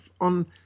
on